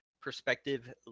perspective